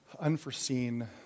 unforeseen